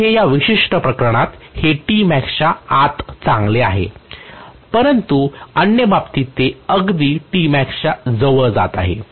येथे या विशिष्ट प्रकरणात हे च्या आत चांगले आहे परंतु अन्य बाबतीत ते अगदी च्या जवळ जात आहे